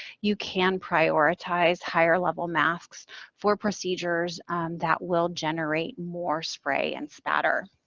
you can prioritize higher level masks for procedures that will generate more spray and spatter.